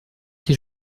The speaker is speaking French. ses